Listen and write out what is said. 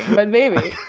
but maybe